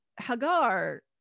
hagar